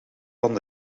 van